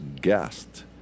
guest